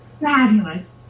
fabulous